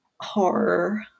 horror